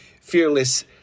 fearless